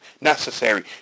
necessary